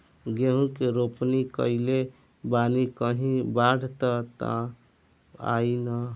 गेहूं के रोपनी कईले बानी कहीं बाढ़ त ना आई ना?